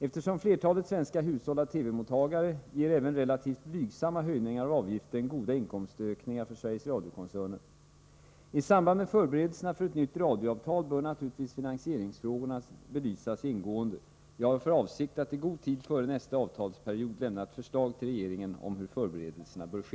Eftersom flertalet svenska hushåll har TV-mottagare, ger även relativt blygsamma höjningar av avgiften goda inkomstökningar för Sveriges Radio-koncernen. I samband med förberedelserna för ett nytt radioavtal bör naturligtvis finansieringsfrågorna belysas ingående. Jag har för avsikt att i god tid före nästa avtalsperiod lämna ett förslag till regeringen om hur förberedelserna bör ske.